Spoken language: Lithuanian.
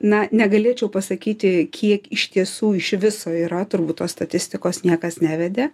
na negalėčiau pasakyti kiek iš tiesų iš viso yra turbūt tos statistikos niekas nevedė